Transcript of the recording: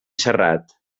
serrat